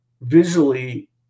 visually